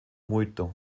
muito